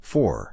Four